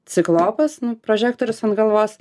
ciklopas prožektorius ant galvos